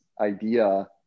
idea